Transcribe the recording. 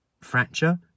fracture